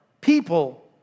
people